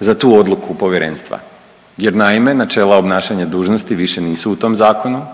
za tu odluku Povjerenstva jer naime, načela obnašanja dužnosti više nisu u tom zakonu